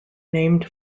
named